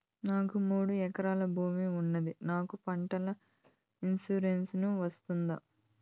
నాకు మూడు ఎకరాలు భూమి ఉంది నాకు పంటల ఇన్సూరెన్సు వస్తుందా?